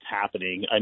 happening